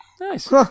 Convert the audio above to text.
Nice